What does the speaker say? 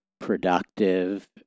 productive